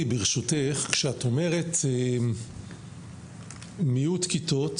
ברשותך, כשאת אומרת מיעוט כיתות,